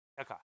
Okay